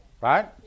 right